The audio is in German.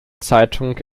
zeitung